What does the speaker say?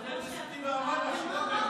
מה אמרת?